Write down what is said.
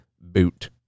Boot